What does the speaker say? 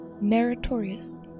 meritorious